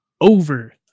Over